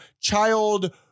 child